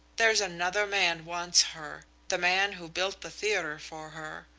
there's another man wants her, the man who built the theatre for her.